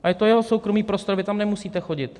A je to jeho soukromý prostor, vy tam nemusíte chodit.